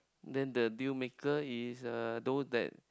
then that deal maker is uh those that